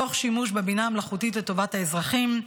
תוך שימוש בבינה מלאכותית לטובת האזרחים,